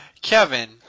Kevin